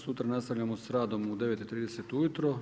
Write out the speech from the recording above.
Sutra nastavljamo s radom u 9,30 ujutro.